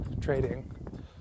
trading